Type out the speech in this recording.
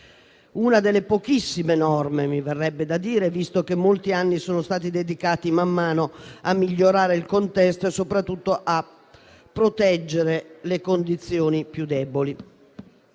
mi verrebbe da dire, visto che molti anni sono stati dedicati a migliorare il contesto e soprattutto a proteggere le condizioni più deboli.